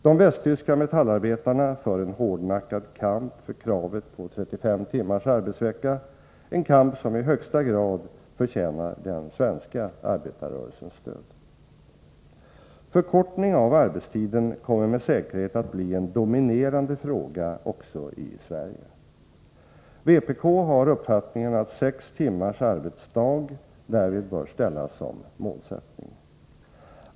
De västtyska metallarbetarna för en hårdnackad kamp för kravet på 35 timmars arbetsvecka, en kamp som i högsta grad förtjänar den svenska arbetarrörelsens stöd. Förkortning av arbetstiden kommer med säkerhet att bli en dominerande fråga också i Sverige. Vpk har uppfattningen att sex timmars arbetsdag därvid bör ställas som målsättning.